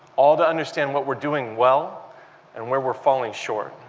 all to understand what we're doing well and where we're falling short.